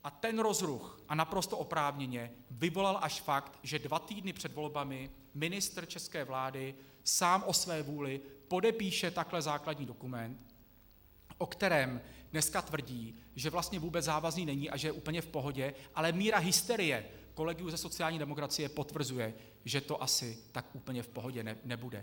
A ten rozruch, a naprosto oprávněně, vyvolal až fakt, že dva týdny před volbami ministr české vlády sám o své vůli podepíše takhle základní dokument, o kterém dnes tvrdí, že vlastně vůbec závazný není a že je úplně v pohodě, ale míra hysterie kolegů ze sociální demokracie potvrzuje, že to asi tak úplně v pohodě nebude.